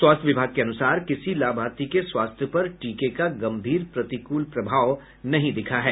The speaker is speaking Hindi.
स्वास्थ्य विभाग के अनुसार किसी लाभार्थी के स्वास्थ्य पर टीके का गम्भीर प्रतिकूल प्रभाव नहीं दिखा है